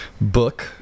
book